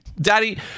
Daddy